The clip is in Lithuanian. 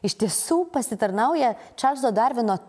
iš tiesų pasitarnauja čarlzo darvino